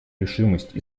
решимость